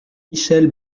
michèle